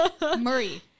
Murray